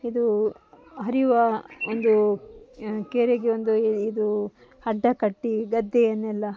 ಇದು ಹರಿಯುವ ಒಂದು ಕೆರೆಗೆ ಒಂದು ಇದು ಅಡ್ಡ ಕಟ್ಟಿ ಗದ್ದೆಯನ್ನೆಲ್ಲ